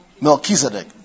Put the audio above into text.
Melchizedek